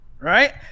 right